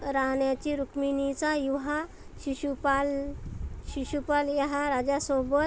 राण्याची रुक्मिणीचा विवाह शिशुपाल शिशुपाल या राजासोबत